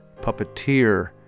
puppeteer